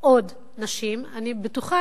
עוד נשים, אני בטוחה